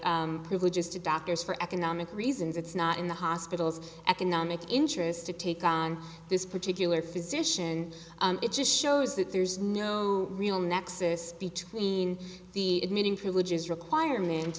deny privileges to doctors for economic reasons it's not in the hospital's economic interest to take on this particular physician it just shows that there's no real nexus between the admitting privileges requirement